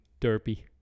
derpy